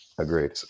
Agreed